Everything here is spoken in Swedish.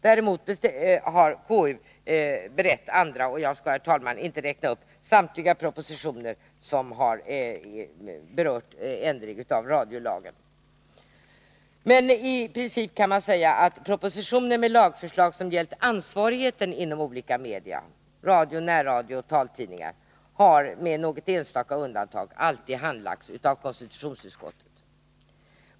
Däremot har konstitutionsutskottet berett andra propositioner, men jag skall, herr talman, inte räkna upp samtliga propositioner som har berört ändringar av radiolagen. I princip kan man säga att propositioner med lagförslag som gällt ansvarigheten inom olika media, radio, närradio och taltidningar, med något enstaka undantag alltid har handlagts av konstitutionsutskottet.